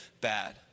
bad